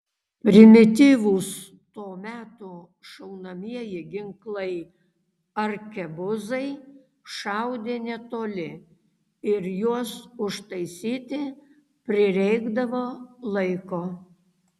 primityvūs to meto šaunamieji ginklai arkebuzai šaudė netoli ir juos užtaisyti prireikdavo laiko